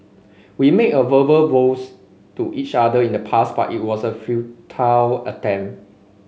we made a verbal vows to each other in the past but it was a futile attempt